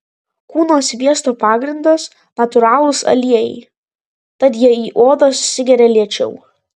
kūno sviesto pagrindas natūralūs aliejai tad jie į odą susigeria lėčiau